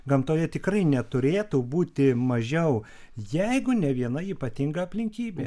gamtoje tikrai neturėtų būti mažiau jeigu ne viena ypatinga aplinkybė